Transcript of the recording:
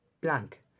Blank